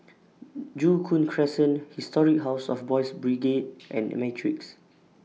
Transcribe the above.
Joo Koon Crescent Historic House of Boys' Brigade and Matrix